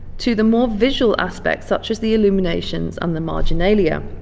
to the more visual aspects, such as the illuminations and the marginalia,